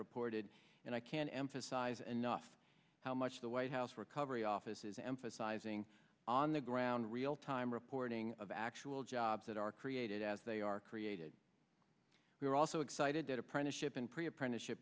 reported and i can't emphasize enough how much the white house recovery office is emphasizing on the ground real time reporting of actual jobs that are created as they are created we are also excited apprenticeship and pre apprenticeship